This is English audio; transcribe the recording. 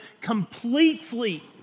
completely